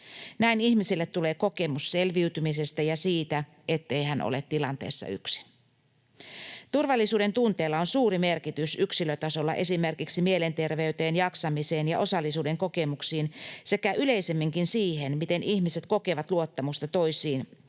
Näin ihmiselle tulee kokemus selviytymisestä ja siitä, ettei hän ole tilanteessa yksin. Turvallisuudentunteella on suuri merkitys yksilötasolla esimerkiksi mielenterveyteen, jaksamiseen ja osallisuuden kokemuksiin sekä yleisemminkin siihen, miten ihmiset kokevat luottamusta toisiinsa